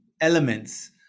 elements